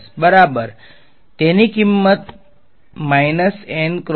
બરાબરતેની કિંમત બરાબર